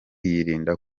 yirinda